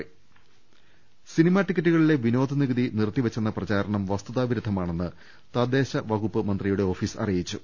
രുട്ട്ട്ട്ട്ട്ട്ട്ട്ട സിനിമാ ടിക്കറ്റുകളിലെ വിനോദ നികുതി നിർത്തിവെച്ചെന്ന പ്രചാരണം വസ്തുതാവിരുദ്ധമാണെന്ന് തദ്ദേശവകുപ്പ് മന്ത്രിയുടെ ഓഫീസ് അറിയിച്ചു